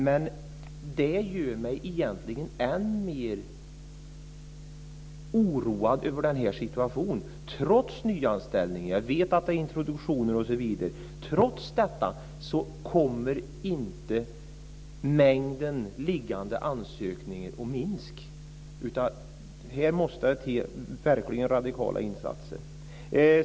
Men det gör mig egentligen ännu mer oroad över situationen, för trots nyanställningarna - jag vet att det är fråga om introduktioner osv. - kommer inte mängden liggande ansökningar att minska. Här måste det till verkligt radikala insatser.